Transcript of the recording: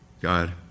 God